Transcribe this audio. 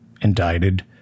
indicted